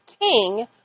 king